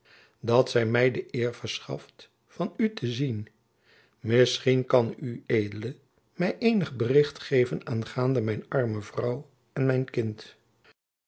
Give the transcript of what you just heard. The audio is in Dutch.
dat zy my de eer verschaft van u te zien misschien kan ued my eenig bericht geven aangaande mijn arme vrouw en mijn kind